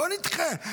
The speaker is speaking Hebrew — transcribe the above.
בוא נדחה.